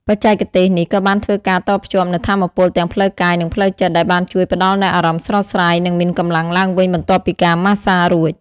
បច្ចេកទេសនេះក៏បានធ្វើការតភ្ជាប់នូវថាមពលទាំងផ្លូវកាយនិងផ្លូវចិត្ត ដែលបានជួយផ្តល់នូវអារម្មណ៍ស្រស់ស្រាយនិងមានកម្លាំងឡើងវិញបន្ទាប់ពីការម៉ាស្សារួច។